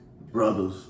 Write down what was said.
Brothers